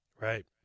Right